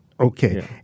Okay